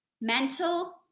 Mental